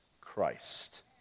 Christ